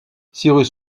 cyrus